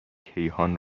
کیهان